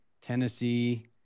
Tennessee